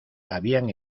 habían